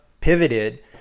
pivoted